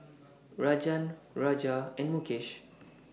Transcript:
Rajan Raja and Mukesh